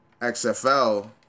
XFL